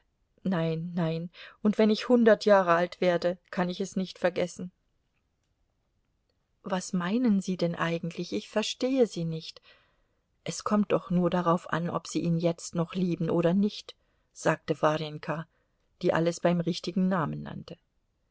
nein nein und wenn ich hundert jahre alt werde kann ich es nicht vergessen was meinen sie denn eigentlich ich verstehe sie nicht es kommt doch nur darauf an ob sie ihn jetzt noch lieben oder nicht sagte warjenka die alles beim richtigen namen nannte